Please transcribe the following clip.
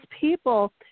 people